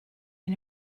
ein